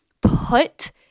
put